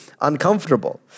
uncomfortable